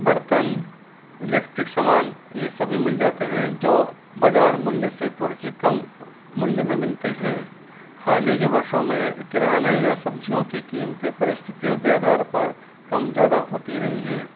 बर्तन इलेक्ट्रिक समान ये सभी मिल जाते हैं जो बाज़ार मूल्य से थोड़े से कम मूल्य में मिलते हैं हालही के वर्षों में किराने या सब्ज़ियों की कीमतें परिस्थितियों के आधार पर कम ज़्यादा होती रहीं हैं